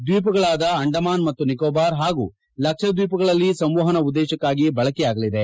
ದ್ವೀಪಗಳಾದ ಅಂಡಮಾನ್ ಮತ್ತು ನಿಕೋಬಾರ್ ಹಾಗೂ ಲಕ್ಷದ್ವೀಪಗಳಲ್ಲಿ ಸಂವಹನ ಉದ್ದೇಶಕ್ಷಾಗಿ ಬಳಕೆಯಾಗಲಿದೆ